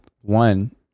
one